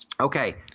Okay